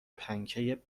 پنکه